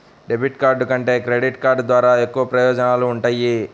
debit card కంటే credit card ద్వారా ఎక్కువ ప్రయోజనాలు వుంటయ్యి